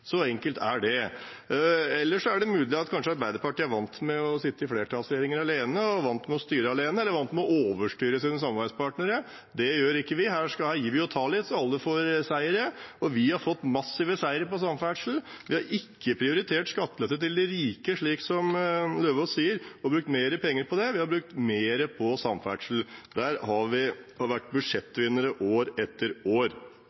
Så enkelt er det. Ellers er det kanskje mulig at Arbeiderpartiet er vant med å sitte i flertallsregjeringer alene, vant med å styre alene eller vant med å overstyre sine samarbeidspartnere. Det gjør ikke vi – her gir vi litt og tar litt, så alle får seiere, og vi har fått massive seiere innenfor samferdsel. Vi har ikke prioritert skattelette til de rike, som Lauvås sier, og brukt mer penger på det. Vi har brukt mer på samferdsel, der har vi vært budsjettvinnere år